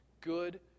good